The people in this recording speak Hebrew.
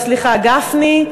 לא, סליחה, גפני,